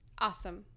Awesome